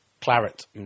Claret